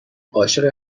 عاشق